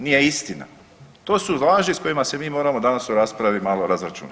Nije istina to su laži s kojima se mi moramo danas u raspravi malo razračunati.